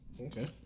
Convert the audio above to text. Okay